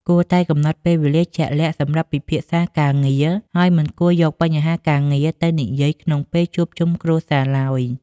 គួរតែកំណត់ពេលជាក់លាក់សម្រាប់ពិភាក្សាការងារ ហើយមិនគួរយកបញ្ហាការងារទៅនិយាយក្នុងពេលជួបជុំគ្រួសារឡើយ។